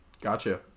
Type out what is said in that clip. Gotcha